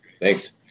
Thanks